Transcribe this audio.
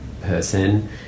person